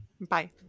Bye